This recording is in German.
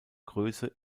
größe